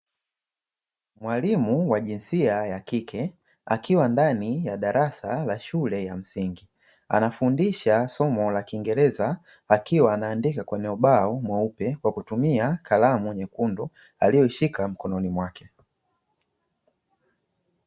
Mwalimu wa jinsia ya kike akiwa ndani ya darasa la shule ya msingi, anafundisha somo la kiingereza akiwa anaandika kwenye ubao mweupe kwa kutumia kalamu nyekundu aliyoishika mkononi mwake.